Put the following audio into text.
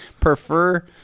prefer